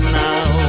now